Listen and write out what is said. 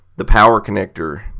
the power connector.